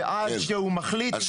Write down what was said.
ועד שהוא מחליט?